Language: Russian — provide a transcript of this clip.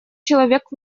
человек